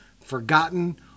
forgotten